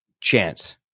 chance